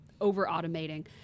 over-automating